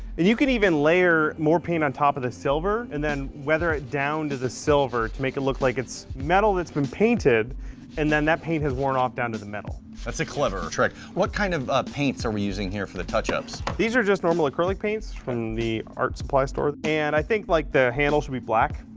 and you can even layer more paint on top of the silver and then weather it down to the silver to make it look like it's metal that's been painted and then that paint has worn off down to the metal. jason that's a clever trick. what kind of ah paints are we using here for the touch-ups? bill these are just normal acrylic paints from the art supply store and i think like the handle should be black.